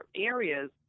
areas